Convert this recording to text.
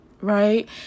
right